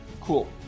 Cool